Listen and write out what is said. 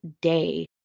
day